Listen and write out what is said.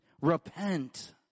Repent